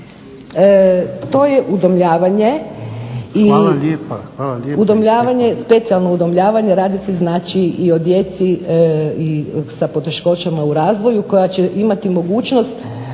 **Sumrak, Đurđica (HDZ)** Udomljavanje, specijalno udomljavanje, radi se znači i o djeci sa poteškoćama u razvoju koja će imati mogućnost